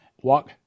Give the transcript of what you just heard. walk